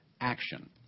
action